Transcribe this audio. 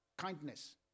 kindness